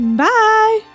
bye